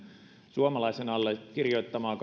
suomalaisen allekirjoittamaa